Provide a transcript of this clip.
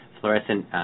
fluorescent